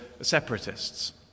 separatists